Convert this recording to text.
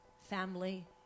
family